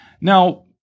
Now